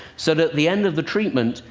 so that at the end of the treatment,